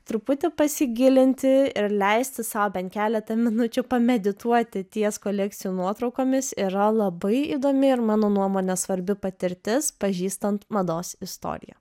truputį pasigilinti ir leisti sau bent keletą minučių pamedituoti ties kolekcijų nuotraukomis yra labai įdomi ir mano nuomone svarbi patirtis pažįstant mados istoriją